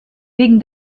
wegen